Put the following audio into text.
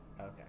Okay